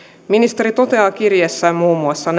ministeri toteaa kirjeessään muun muassa